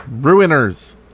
ruiners